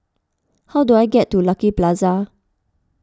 how do I get to Lucky Plaza